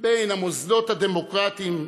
בין המוסדות הדמוקרטיים,